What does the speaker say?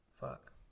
Fuck